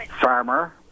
Farmer